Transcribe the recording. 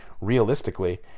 realistically